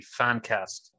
fancast